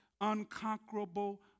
unconquerable